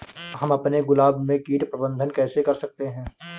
हम अपने गुलाब में कीट प्रबंधन कैसे कर सकते है?